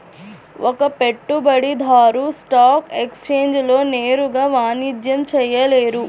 ఒక పెట్టుబడిదారు స్టాక్ ఎక్స్ఛేంజ్లలో నేరుగా వాణిజ్యం చేయలేరు